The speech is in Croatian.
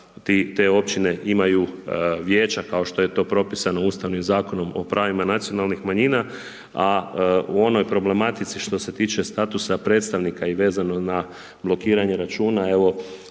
te općine imaju vijeća, kao što je to propisano ustavnim Zakonom o pravima nacionalnih manjina. A u onoj problematici što se tiče statusa predstavnika i vezano na blokiranje računa, evo